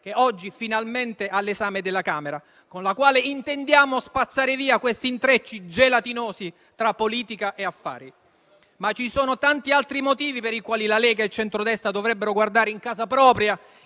che oggi è finalmente all'esame della Camera, con la quale intendiamo spazzare via questi intrecci gelatinosi tra politica e affari. Ma ci sono tanti altri motivi per i quali la Lega e il centrodestra dovrebbero guardare in casa propria,